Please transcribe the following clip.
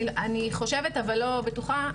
אני חושבת אבל לא בטוחה.